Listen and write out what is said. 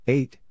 Eight